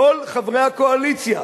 כל חברי הקואליציה,